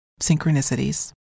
synchronicities